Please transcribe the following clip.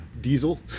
Diesel